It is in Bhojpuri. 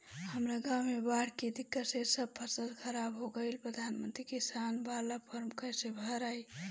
हमरा गांव मे बॉढ़ के दिक्कत से सब फसल खराब हो गईल प्रधानमंत्री किसान बाला फर्म कैसे भड़ाई?